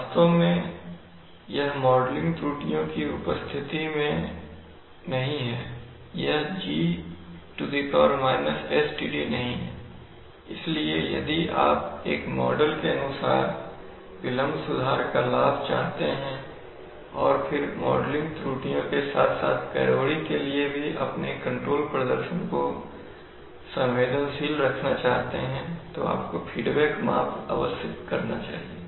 वास्तव में यह मॉडलिंग त्रुटियों की उपस्थिति में नहीं है यह G sTd नहीं है इसलिए यदि आप एक मॉडल के अनुसार विलंब सुधार का लाभ चाहते हैं और फिर मॉडलिंग त्रुटियों के साथ साथ गड़बड़ी के लिए भी अपने कंट्रोल प्रदर्शन को संवेदनशील रखना चाहते हैं तो आपको फीडबैक माप अवश्य करना चाहिए